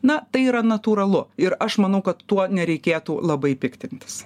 na tai yra natūralu ir aš manau kad tuo nereikėtų labai piktintis